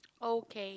okay